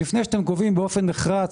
לפני שאתם קובעים באופן נחרץ